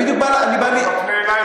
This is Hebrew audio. אתה לא מפנה אלי,